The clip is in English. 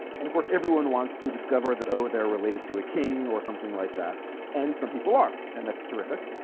and of course everyone wants to discover that oh they're related to a king or something like that and some people are and that's terrific